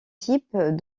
types